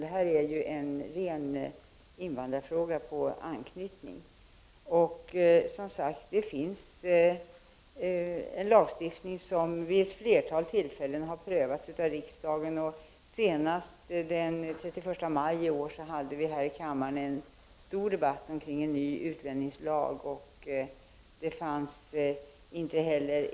Detta är en ren invandrarfråga, ett s.k. anknytningsfall. Det finns en lagstiftning som har prövats vid ett flertal tillfällen av riksdagen. Senast den 31 maj i år hade vi här i kammaren en stor debatt om en ny utlänningslag.